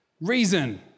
reason